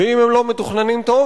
ואם הם לא מתוכננים טוב,